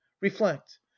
reflect